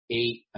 eight